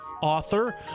author